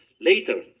Later